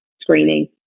screening